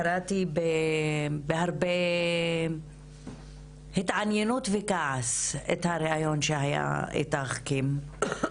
קראתי בהרבה עניין וכעס את הרעיון שהיה איתך, קים.